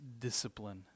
discipline